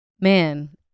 man